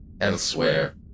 elsewhere